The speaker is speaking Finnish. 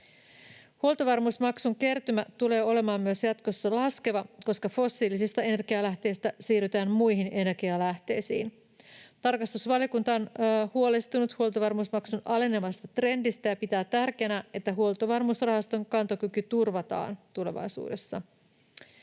Huoltovarmuusmaksun kertymä tulee olemaan myös jatkossa laskeva, koska fossiilisista energialähteistä siirrytään muihin energialähteisiin. Tarkastusvaliokunta on huolestunut huoltovarmuusmaksun alenevasta trendistä ja pitää tärkeänä, että Huoltovarmuusrahaston kantokyky turvataan tulevaisuudessa.